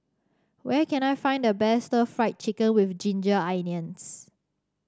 where can I find the best Stir Fried Chicken with Ginger Onions